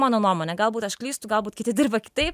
mano nuomonė galbūt aš klystu galbūt kiti dirba kitaip